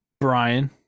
Brian